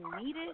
needed